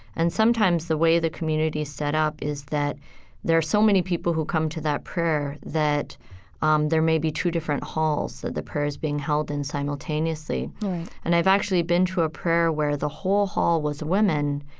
and sometimes, the way the community is set up is that there are so many people who come to that prayer that um there maybe two different halls that the prayer is being held in simultaneously right and i've actually been to a prayer where the whole hall was women,